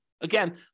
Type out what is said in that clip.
Again